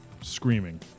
screaming